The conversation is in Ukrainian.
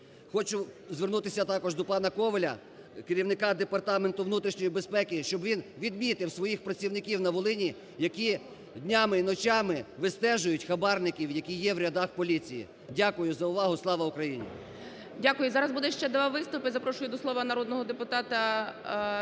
Хочу звернутися також до пана Коваля, керівника Департаменту внутрішньої безпеки, щоб він відмітив своїх працівників на Волині, які днями і ночами відстежують хабарників, які є в рядах поліції. Дякую за увагу. Слава Україні! ГОЛОВУЮЧИЙ. Дякую. Зараз буде ще два виступи, запрошую до слова народного депутата Нестора